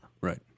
Right